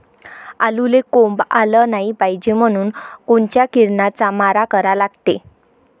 आलूले कोंब आलं नाई पायजे म्हनून कोनच्या किरनाचा मारा करा लागते?